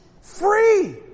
free